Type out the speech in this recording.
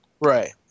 Right